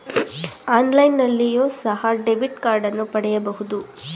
ಆನ್ಲೈನ್ನಲ್ಲಿಯೋ ಸಹ ಡೆಬಿಟ್ ಕಾರ್ಡನ್ನು ಪಡೆಯಬಹುದು